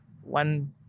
one